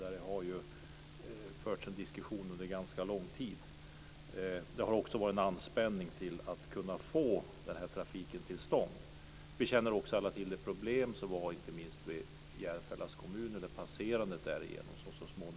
har förts under ganska lång tid. Det har också varit en anspänning för att kunna få den här trafiken till stånd. Vi känner alla till problemen med inte minst Järfälla kommun när banan skulle passera därigenom.